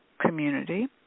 community